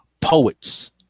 Poets